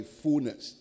fullness